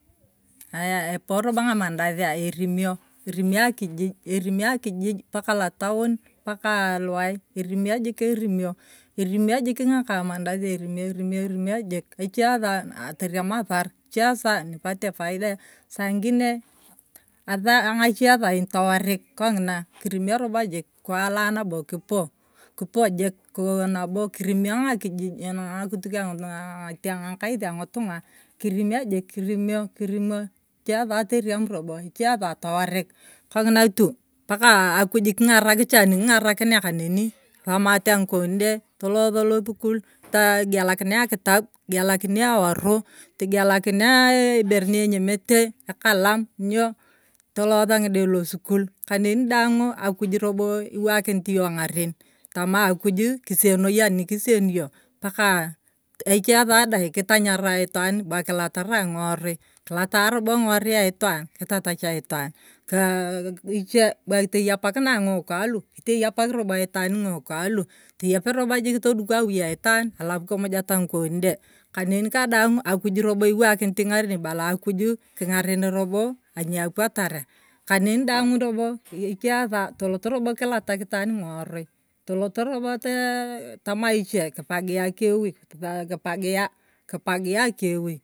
Aya eporobo ng’amandasia erimio, erimio akijij, erimio akijij paka lataom, paka aa alowai erimio jik erimio, erimio jik erimio, erimio jik ng’akaa mandasia erimio, erimio erimio erimio jik echiesa ateriem asar, echiesa nipate faida, saa ingine ee ng’achie sain tawarik kong’ina, kirimio robo jik, kiwala nabo kipo kipo jik nabo kirimio akijik ng’akituk ang’itok aa ang’akais ang’itong’a kirimio jik, kirimio, kirimio echiesa toriem robo echiesa towarik kong’ina tu paka akuj king’arak cha aniking’arakinia kaneni, kisomata ng’ikon de toloso losukul, togielakini akitop, togielakinia eworu, togielakinia ibere nienyemete, ekalam, ny’o tolosa ng’ide losukul kaneni daaang’u akuj robo iwakinit yong ng’aren tama akuju kisenoi anikisenio paka aa echiesa dai kitanyara itaan bwakilatarai ng’iwarui, kilata robo ng’iworui aitaan kitatcha itaan kaa ichie bwa toya pakinai ng’ikwa io, kitega pak robo itaan ng’iukwa io, toyeprobo jik todukio awui aitaan kimujata ng’iko de kaneni kadaang akuj robo lwanikinot ng’aren, ibala akuju kingaren robo aniapwataria kaneni daaangiu robo ediie sa tolot kilatak ifaan ng’ioroi, talot toma ichie kipagia akewui, kipagia, kipagia akewui.